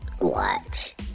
watch